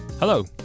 Hello